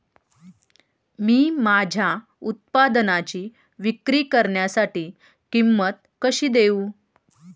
मी माझ्या उत्पादनाची विक्री करण्यासाठी किंमत कशी देऊ?